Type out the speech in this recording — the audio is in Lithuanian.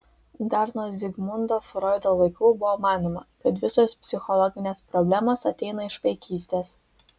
dar nuo zigmundo froido laikų buvo manoma kad visos psichologinės problemos ateina iš vaikystės